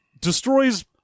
destroys